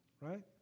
right